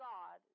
God